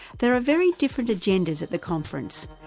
there are very different agendas at the conference.